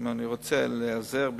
אני רוצה, להיעזר בשירותיה.